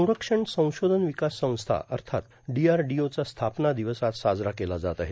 संरक्षण संशोधन विकास संस्था म्हणजेच डीआरडीओचा स्थापना दिवस आज साजरा केला जात आहे